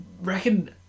reckon